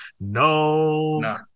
No